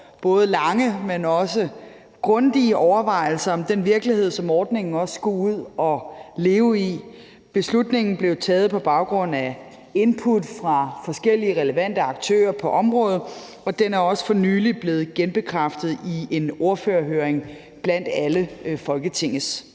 både lange, men også grundige overvejelser om den virkelighed, som ordningen også skulle ud at leve i. Beslutningen blev taget på baggrund af input fra forskellige relevante aktører på området, og den er også for nylig blevet genbekræftet i en ordførerhøring blandt alle Folketingets